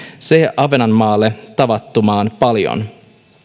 se on ahvenanmaalle tavattoman paljon